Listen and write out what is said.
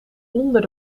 onder